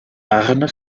arne